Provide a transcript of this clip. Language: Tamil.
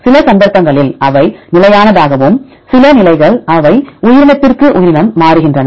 சில சந்தர்ப்பங்களில் அவை நிலையானதாகவும் சில நிலைகள் அவை உயிரினத்திற்கு உயிரினம் மாறுகின்றன